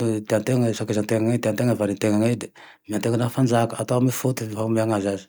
le teatena isaky zetemo, teantena valintena ine de omeantena, omeantena fanjaka atao ame fo ty fanomezantena aze